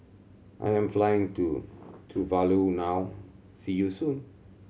I am flying to Tuvalu now See you soon